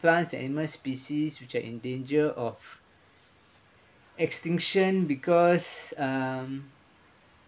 plants and animal species which are in danger of extinction because um